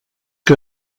que